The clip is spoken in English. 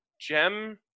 gem